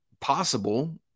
possible